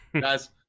Guys